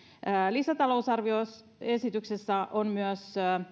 lisätalousarvioesityksessä on myös